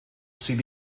sydd